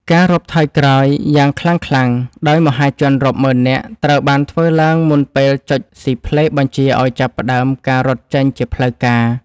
ការរាប់ថយក្រោយយ៉ាងខ្លាំងៗដោយមហាជនរាប់ម៉ឺននាក់ ត្រូវបានធ្វើឡើងមុនពេលចុចស៊ីផ្លេបញ្ជាឱ្យចាប់ផ្ដើមការរត់ចេញជាផ្លូវការ។